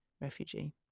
refugee